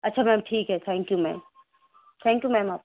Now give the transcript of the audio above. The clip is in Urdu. اچھا میم ٹھیک ہے thank you ma'am thank you ma'am آپ